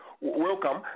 welcome